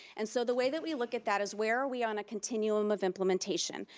and so the way that we look at that is where are we on a continuum of implementation?